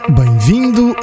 bem-vindo